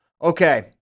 Okay